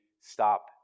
stop